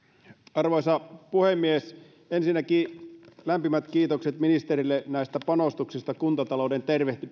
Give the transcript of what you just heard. arvoisa puhemies ensinnäkin lämpimät kiitokset ministerille näistä panostuksista kuntatalouden